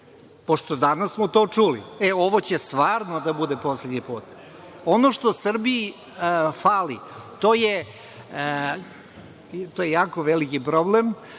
Pošto, danas smo to čuli - e, ovo će stvarno da bude poslednji put. Ono što Srbiji fali, to je jako veliki problem,